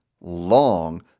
long